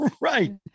Right